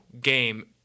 game